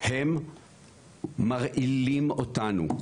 הם מרעילים אותנו.